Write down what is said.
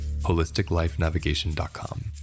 holisticlifenavigation.com